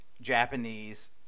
Japanese